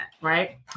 right